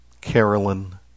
Carolyn